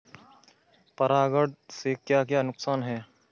परागण से क्या क्या नुकसान हैं?